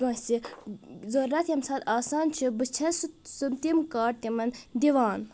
کٲنٛسہِ ضروٗرت ییٚمہِ ساتہٕ آسان چھِ بہٕ چھس سُہ تِم کاڈ تِمن دِوان